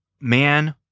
man